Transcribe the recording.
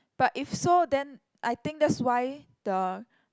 but if so then I think that's why the